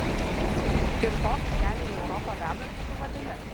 ir tokį kelią į europą vedančiu tu vadini